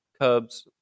Cubs